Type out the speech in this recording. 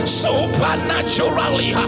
supernaturally